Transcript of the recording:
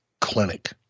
clinic